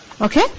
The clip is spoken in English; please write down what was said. Okay